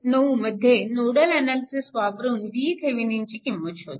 9 मध्ये nodal analysis वापरून VTheveninची किंमत शोधा